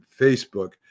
Facebook